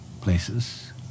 places